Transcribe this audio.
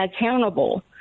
accountable